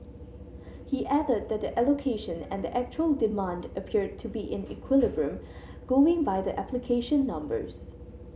he added that the allocation and the actual demand appeared to be in equilibrium going by the application numbers